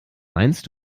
meinst